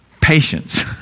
patience